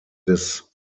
des